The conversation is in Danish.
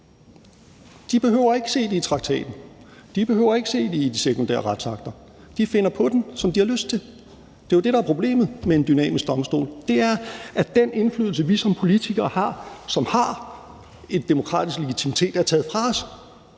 De behøver ikke at se det i traktaten, de behøver ikke at se det i de sekundære retsakter; de finder på den, som de har lyst til. Det er jo det, der er problemet med en dynamisk domstol – det er, at den indflydelse, vi som politikere har, som har en demokratisk legitimitet, er taget fra os